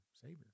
savior